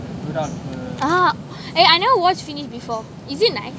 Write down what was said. oh eh I never watched finished before is it nice